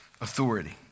authority